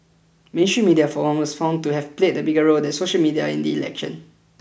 mainstream media for one was found to have played a bigger role than social media in the election